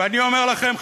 ואני אומר לכם,